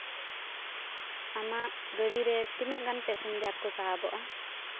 ᱟᱢᱟᱜ ᱜᱟᱹᱰᱤᱨᱮ ᱛᱤᱱᱟᱹᱜ ᱜᱟᱱ ᱯᱮᱥᱮᱧᱡᱟᱨ ᱠᱚ ᱥᱟᱦᱚᱵᱚᱜᱼᱟ